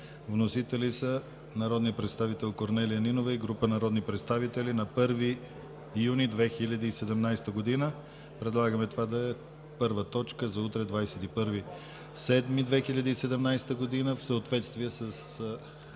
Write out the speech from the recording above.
Вносители са народния представител Корнелия Нинова и група народни представители на 1 юни 2017 г. Предлагаме това да е първа точка за утре – 21 юли 2017 г., в съответствие с